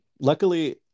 Luckily